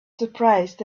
surprised